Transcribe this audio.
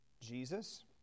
Jesus